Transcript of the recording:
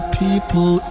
people